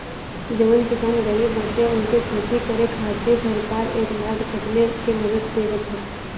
जवन किसान गरीब बाटे उनके खेती करे खातिर सरकार एक लाख तकले के मदद देवत ह